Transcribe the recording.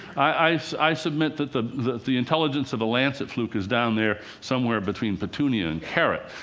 i submit that the that the intelligence of a lancet fluke is down there, somewhere between petunia and carrot.